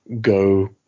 Go